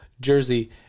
jersey